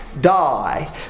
Die